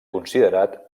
considerat